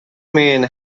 mean